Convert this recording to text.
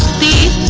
the